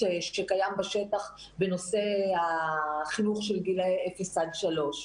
שקיים בשטח בנושא החינוך של גילאי אפס עד שלוש.